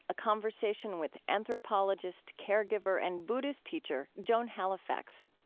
a conversation with anthropologist, caregiver, and buddhist teacher joan halifax.